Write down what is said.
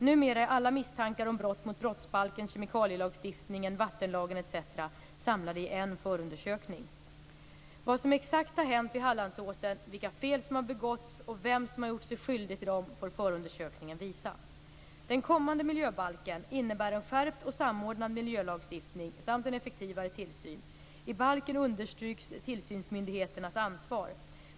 Numera är alla misstankar om brott mot brottsbalken, kemikalielagstiftningen, vattenlagen etc. samlade i en förundersökning. Vad som exakt har hänt vid Hallandsåsen, vilka fel som har begåtts och vem som har gjort sig skyldig till dem får förundersökningen visa. Den kommande miljöbalken innebär en skärpt och samordnad miljölagstiftning samt en effektivare tillsyn. I balken understryks tillsynsmyndigheternas ansvar.